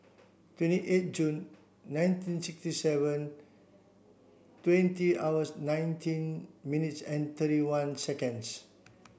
twenty eight Jun nineteen sixty seven twenty hours nineteen minutes and thirty one seconds